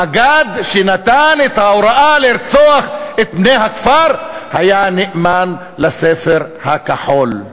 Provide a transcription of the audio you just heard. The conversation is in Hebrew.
המג"ד שנתן את ההוראה לרצוח את בני הכפר היה נאמן לספר הכחול.